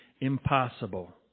impossible